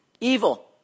evil